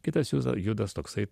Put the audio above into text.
kitas juza judas toksai